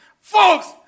Folks